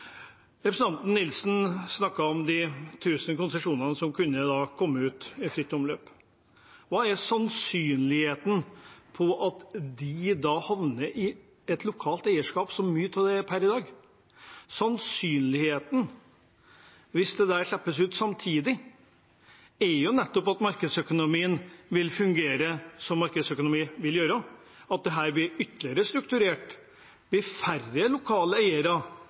Representanten Nilsen snakket om de 1 000 konsesjonene som kunne komme i fritt omløp. Hva er sannsynligheten for at de da havner i et lokalt eierskap, der mye av det er per i dag? Det er sannsynlig – hvis det slippes ut samtidig – at markedsøkonomien nettopp vil fungere som markedsøkonomi vil gjøre, at dette blir ytterligere strukturert, at det blir færre lokale eiere